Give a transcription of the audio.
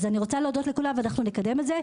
אני רוצה להודות לכולם, אנחנו נקדם את זה.